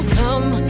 come